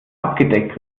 abgedeckt